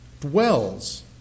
dwells